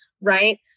right